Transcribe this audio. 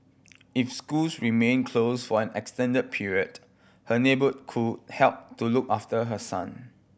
if schools remain close for an extended period her neighbour could help to look after her son